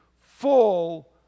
full